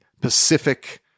pacific